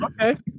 Okay